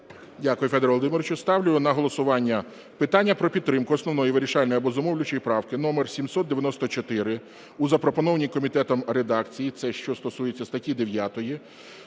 Дякую, Федоре Володимировичу. Ставлю на голосування питання про підтримку основної, вирішальної або зумовлюючої правки номер 794 у запропонованій комітетом редакції, це що стосується статті 9,